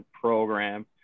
program